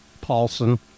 Paulson